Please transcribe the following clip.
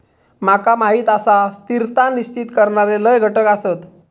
माका माहीत आसा, स्थिरता निश्चित करणारे लय घटक आसत